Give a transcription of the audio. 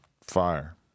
Fire